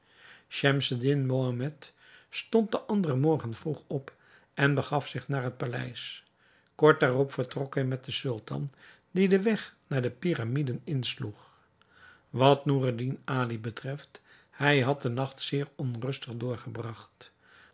schemseddin mohammed stond den anderen morgen vroeg op en begaf zich naar het paleis kort daarop vertrok hij met den sultan die den weg naar de pyramiden insloeg wat noureddin ali betreft hij had den nacht zeer onrustig doorgebragt